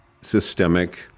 systemic